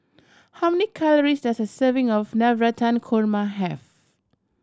how many calories does a serving of Navratan Korma have